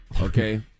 Okay